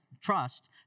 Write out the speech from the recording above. trust